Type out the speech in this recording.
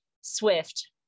Swift